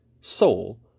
soul